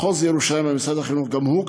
מחוז ירושלים במשרד החינוך גם הוא,